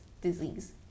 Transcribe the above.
disease